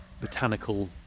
botanical